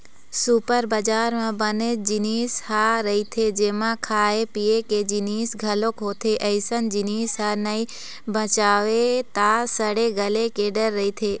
super बजार म बनेच जिनिस ह रहिथे जेमा खाए पिए के जिनिस घलोक होथे, अइसन जिनिस ह नइ बेचावय त सड़े गले के डर रहिथे